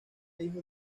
hijo